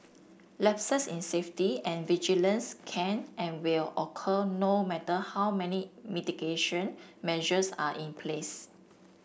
lapses in safety and vigilance can and will occur no matter how many mitigation measures are in place